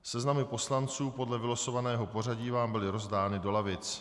Seznamy poslanců podle vylosovaného pořadí vám byly rozdány do lavic.